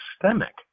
systemic